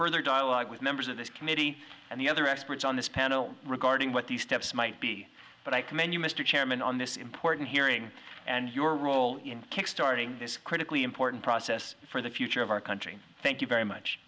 further dialogue with members of this committee and the other experts on this panel regarding what the steps might be but i commend you mr chairman on this important hearing and your role in kick starting this critically important process for the future of our country thank you very much